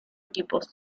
equipos